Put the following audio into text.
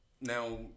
Now